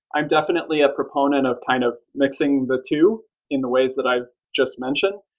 i'm definitely a proponent of kind of mixing the two in the ways that i've just mentioned.